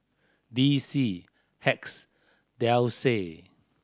D C Hacks Delsey